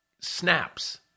snaps